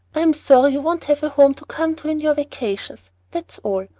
i'm sorry you won't have a home to come to in your vacations, that's all,